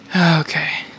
Okay